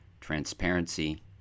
transparency